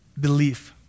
belief